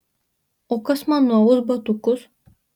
o kas man nuaus batukus